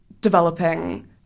developing